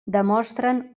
demostren